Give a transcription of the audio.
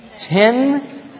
ten